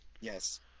Yes